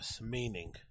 meaning